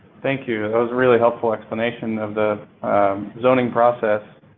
thank you. that was a really helpful explanation of the zoning process.